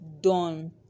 done